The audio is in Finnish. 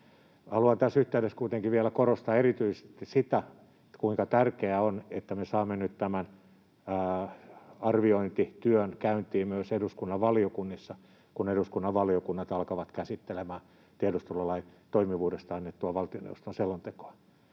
Haluan tässä yhteydessä kuitenkin vielä korostaa erityisesti sitä, kuinka tärkeää on, että me saamme nyt tämän arviointityön käyntiin myös eduskunnan valiokunnissa, kun eduskunnan valiokunnat alkavat käsittelemään tiedustelulain toimivuudesta annettua valtioneuvoston selontekoa.